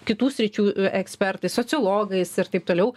kitų sričių ekspertais sociologais ir taip toliau